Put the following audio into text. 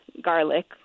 garlic